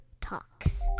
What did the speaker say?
Talks